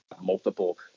multiple